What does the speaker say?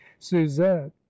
Suzette